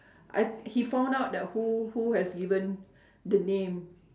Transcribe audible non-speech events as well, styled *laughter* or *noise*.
I he found out that who who has given the *breath* name